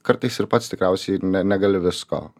kartais ir pats tikriausiai ne negali visko